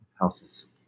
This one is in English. houses